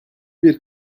bir